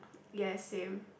yes same